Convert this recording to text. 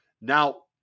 Now